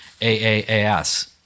AAAS